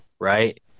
right